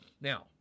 now